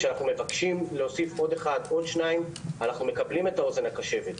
כשאנחנו מבקשים להוסיף עוד אחד או שניים אנחנו מקבלים את האוזן הקשבת.